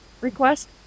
request